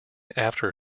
after